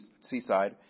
seaside